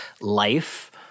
life